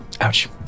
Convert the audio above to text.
Ouch